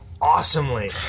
awesomely